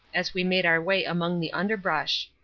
as we made our way among the underbrush.